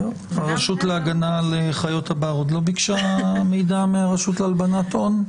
הרשות להגנת חיות הבר עוד לא ביקשה מידע מהרשות להלבנת הון?